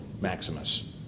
Maximus